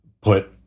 put